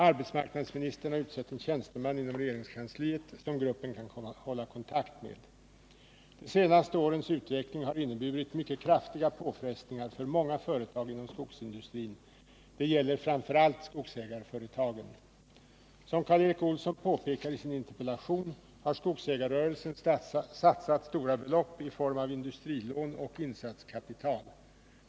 Arbetsmarknadsministern har utsett en tjänsteman inom regeringskansliet som gruppen kan hålla kontakt med. De senaste årens utveckling har inneburit mycket kraftiga påfrestningar för många företag inom skogsindustrin. Detta gäller framför allt skogsägarföretagen. Som Karl Erik Olsson påpekar i sin interpellation har skogsägarrörelsen satsat stora belopp i form av industrilån och insatskapitål.